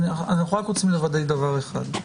אנחנו רק רוצים לוודא דבר אחד.